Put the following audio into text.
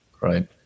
right